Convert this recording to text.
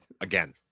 Again